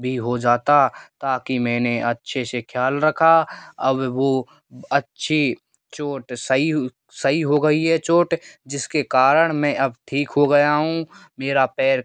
भी हो जाता ताकि मैंने अच्छे से ख्याल रखा अब वो अच्छी चोट सही सही हो गई है चोट जिसके कारण मैं अब ठीक हो गया हूँ मेरा पैर